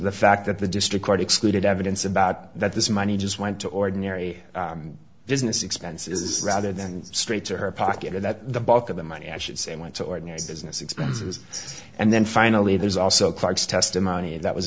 the fact that the district court excluded evidence about that this money just went to ordinary business expense is rather than straight to her pocket and that the bulk of the money i should say went to ordinary business expenses and then finally there's also clarke's testimony that was